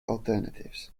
alternatives